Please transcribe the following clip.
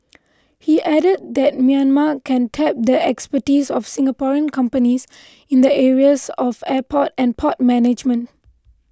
he added that Myanmar can tap the expertise of Singaporean companies in the areas of airport and port management